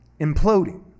imploding